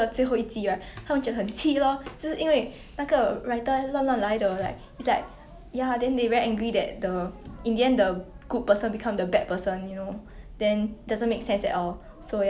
I think cause like some shows than long series then it's very hard to like keep on bringing in new ideas like create new topic to talk about ya lah so like you say lor like those american show